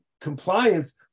compliance